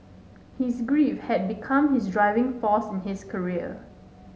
his grief had become his driving force in his career